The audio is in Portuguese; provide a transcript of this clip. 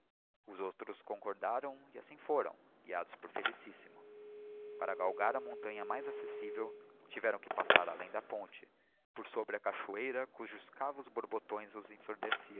os outros concordaram e assimx foram guiados por felicissimo para galgar a montanha mais accessivel tiveram de passar além da ponte por sobre a cachoeira cujos cavos borbotões os ensurdeciam